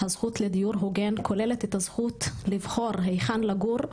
הזכות לדיור הוגן כוללת את הזכות לבחור היכן לגור,